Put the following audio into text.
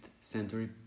century